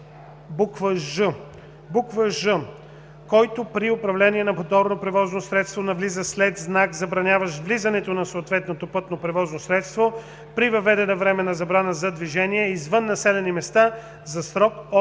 „ж”: „ж) който при управление на моторно превозно средство навлиза след знак, забраняващ влизането на съответното пътно превозно средство при въведена временна забрана за движение извън населените места – за срок от един